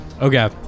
Okay